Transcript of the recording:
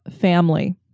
family